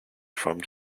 from